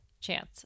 chance